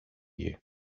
you